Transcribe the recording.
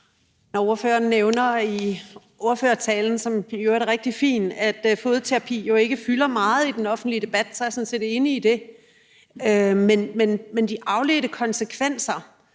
det. Ordføreren nævner i ordførertalen, som i øvrigt var rigtig fin, at fodterapi jo ikke fylder meget i den offentlige debat, og det er jeg sådan set enig i. Men de afledte konsekvenser